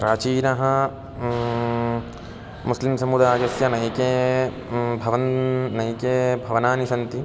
प्राचीनः मुस्लिम् समुदायस्य नैके भवनं नैके भवनानि सन्ति